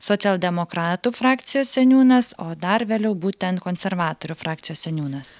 socialdemokratų frakcijos seniūnas o dar vėliau būtent konservatorių frakcijos seniūnas